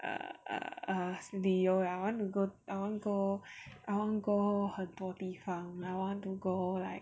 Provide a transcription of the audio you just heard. err err 旅游 I want to go I want go want go 很多地方 want to go like